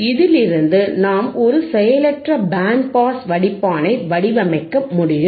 இதிலிருந்து நாம் ஒரு செயலற்ற பேண்ட் பாஸ் வடிப்பானை வடிவமைக்க முடியும்